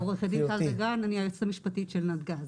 אני היועצת המשפטית של נתג"ז.